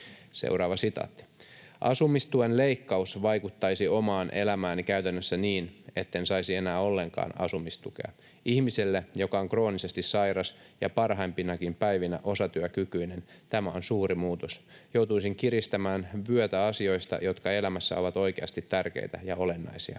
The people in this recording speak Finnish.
riskeille.” ”Asumistuen leikkaus vaikuttaisi omaan elämääni käytännössä niin, etten saisi enää ollenkaan asumistukea. Ihmiselle, joka on kroonisesti sairas ja parhaimpinakin päivinä osatyökykyinen, tämä on suuri muutos. Joutuisin kiristämään vyötä asioista, jotka elämässä ovat oikeasti tärkeitä ja olennaisia.